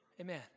Amen